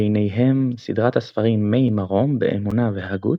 ביניהם סדרת הספרים "מי מרום" באמונה והגות,